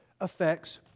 affects